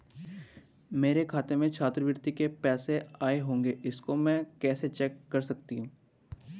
मेरे खाते में छात्रवृत्ति के पैसे आए होंगे इसको मैं कैसे चेक कर सकती हूँ?